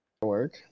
Work